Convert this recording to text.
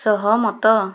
ସହମତ